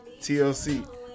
TLC